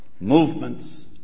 movements